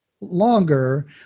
longer